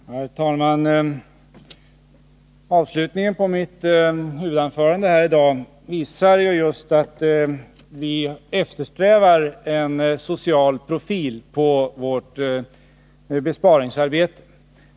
Herr talman! Avslutningen på mitt huvudanförande här i dag visar att vi eftersträvar en social profil på vårt besparingsarbete.